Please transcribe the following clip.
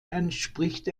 entspricht